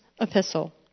epistle